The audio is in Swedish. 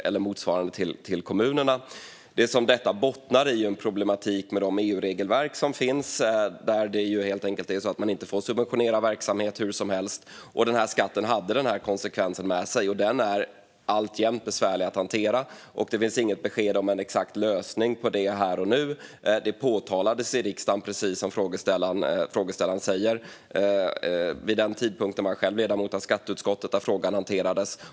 Detta bottnar i en konflikt med EU-regelverket, som helt enkelt inte tillåter subvention av verksamhet hur som helst. Skatten fick denna konsekvens som alltjämt är besvärlig att hantera, och det finns inget besked om en lösning här och nu. Precis som frågeställaren sa påpekades detta i riksdagen. Vid denna tidpunkt var jag själv ledamot av skatteutskottet, där frågan hanterades.